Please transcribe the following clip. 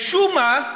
משום מה,